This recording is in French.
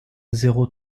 zéro